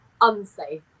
unsafe